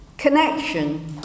Connection